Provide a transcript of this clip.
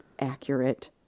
accurate